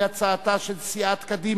הצעת חוק-יסוד: